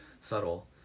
subtle